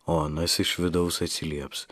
o anas iš vidaus atsilieps